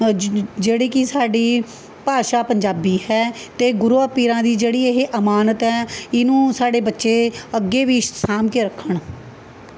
ਜ ਜਿਹੜੇ ਕਿ ਸਾਡੀ ਭਾਸ਼ਾ ਪੰਜਾਬੀ ਹੈ ਅਤੇ ਗੁਰੂਆਂ ਪੀਰਾਂ ਦੀ ਜਿਹੜੀ ਇਹ ਅਮਾਨਤ ਹੈ ਇਹਨੂੰ ਸਾਡੇ ਬੱਚੇ ਅੱਗੇ ਵੀ ਸਾਂਭ ਕੇ ਰੱਖਣ